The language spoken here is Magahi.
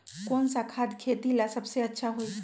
कौन सा खाद खेती ला सबसे अच्छा होई?